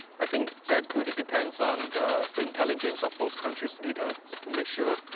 i think that really depends on intelligence of both countries' leader to make sure.